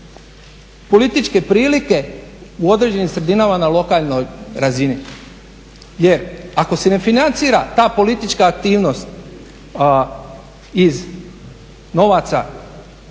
političke prilike u određenim sredinama na lokalnoj razini? Jer ako se ne financira ta politička aktivnost iz novaca